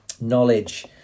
knowledge